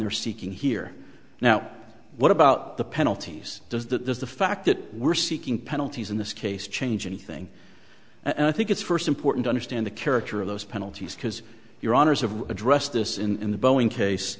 they're seeking here now what about the penalties does that does the fact that we're seeking penalties in this case change anything and i think it's first important understand the character of those penalties because your honour's of addressed this in the boeing case